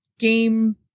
game